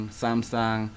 samsung